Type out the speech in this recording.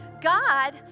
God